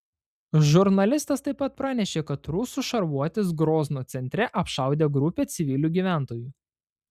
žurnalistas taip pat pranešė kad rusų šarvuotis grozno centre apšaudė grupę civilių gyventojų